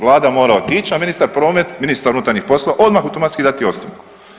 Vlada mora otići, a ministar prometa, ministar unutarnjih poslova odmah automatski dati ostavku.